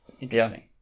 Interesting